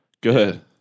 Good